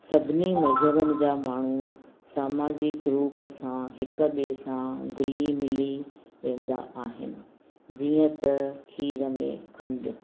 सभिनी मज़हबनि जा माण्हू सामाजिक रूप सां हिक ॿिए सां घुली मिली वेंदा आहिनि जीअं त खीर में खंड